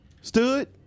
stood